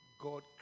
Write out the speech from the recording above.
God